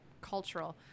cultural